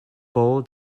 ball